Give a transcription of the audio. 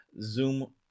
Zoom